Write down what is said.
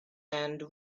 and